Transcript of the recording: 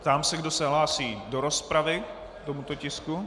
Ptám se, kdo se hlásí do rozpravy k tomuto tisku.